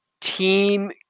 team